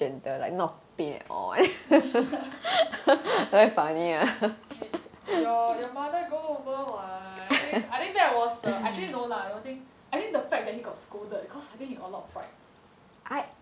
your your mother go over what I think I think that was the actually no lah don't think I think the fact that he got scolded cause I think he got a lot of pride